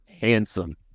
handsome